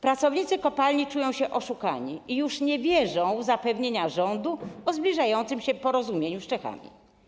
Pracownicy kopalni czują się oszukani i już nie wierzą w zapewnienia rządu o zbliżającym się porozumieniu z Czechami.